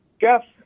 Jeff